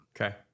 Okay